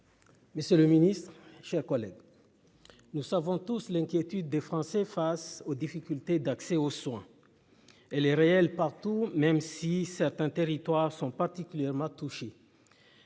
Mais c'est le ministre, chers collègues. Nous savons tous, l'inquiétude des Français face aux difficultés d'accès aux soins. Elle est réelle partout même si certains territoires sont particulièrement touchés.